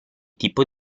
tipo